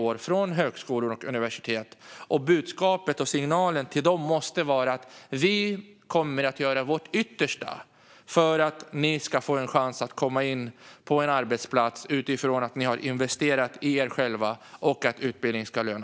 Med tanke på att utbildning ska löna sig här i Sverige måste budskapet och signalen till dem vara att vi kommer att göra vårt yttersta för att de ska få chansen att komma in på en arbetsplats efter att de har investerat i sig själva.